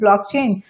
blockchain